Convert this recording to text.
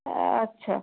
আচ্ছা